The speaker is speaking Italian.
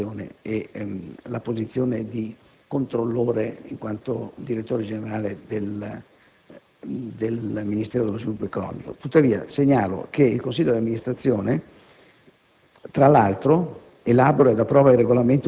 di un conflitto d'interesse tra questa posizione e la posizione di controllore in quanto direttore generale del Ministero dello sviluppo economico. Tuttavia, segnalo che il consiglio d'amministrazione,